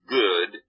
good